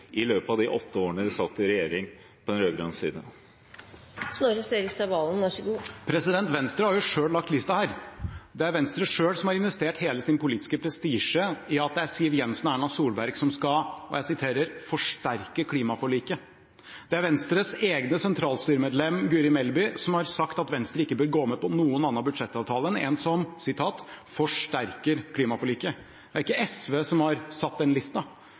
i løpet av de åtte årene de satt i regjering på den rød-grønne siden? Venstre har jo selv lagt lista her. Det er Venstre selv som har investert hele sin politiske prestisje i at det er Siv Jensen og Erna Solberg som skal forsterke klimaforliket. Det er Venstres eget sentralstyremedlem Guri Melby som har sagt at Venstre ikke bør gå med på noen annen budsjettavtale enn en som «forsterker klimaforliket». Det er ikke SV som har lagt den lista.